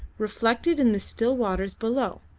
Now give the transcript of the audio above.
reflected in the still waters below.